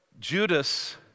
Judas